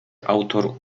autor